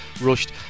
rushed